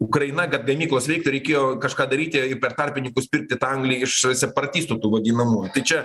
ukraina kad gamyklos veiktų reikėjo kažką daryti ir per tarpininkus pirkti tą anglį iš separatistų tų vadinamųjų tai čia